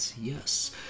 yes